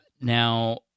Now